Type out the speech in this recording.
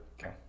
Okay